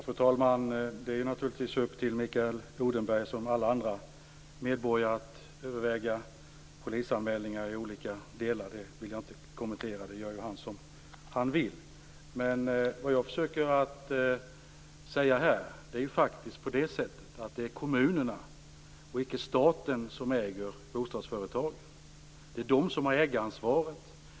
Fru talman! Det är naturligtvis upp till Mikael Odenberg som alla andra medborgare att överväga polisanmälningar i olika delar. Det vill jag inte kommentera. Det gör han som han vill. Men vad jag försöker säga här är att det faktiskt är kommunerna och inte staten som äger bostadsföretagen. Det är de som har ägaransvaret.